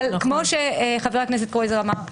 כמו שחבר הכנסת קרויזר אמר,